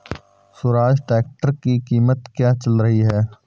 Swaraj tractor की कीमत क्या चल रही है?